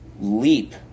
leap